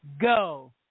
Go